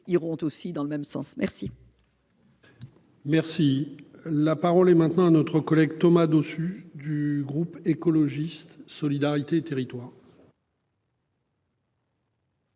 iront aussi dans le même sens. Merci. Merci la parole est maintenant à notre collègue Thomas Dossus du groupe écologiste solidarité et territoires.